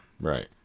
Right